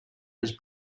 was